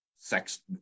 sex